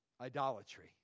idolatry